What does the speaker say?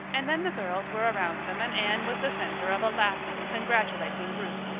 and then the girls were around them and anne was the center of a laughing, congratulating group.